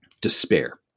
despair